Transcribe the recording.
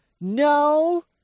no